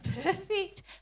perfect